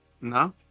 No